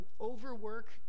overwork